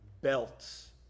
Belts